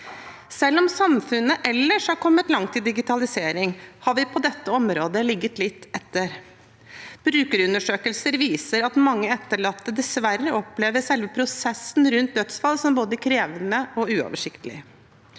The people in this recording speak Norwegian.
Selv om samfunnet ellers har kommet langt i digitaliseringen, har vi på dette området ligget litt etter. Brukerundersøkelser viser at mange etterlatte dessverre opplever selve prosessen rundt dødsfall som både krevende og uoversiktlig.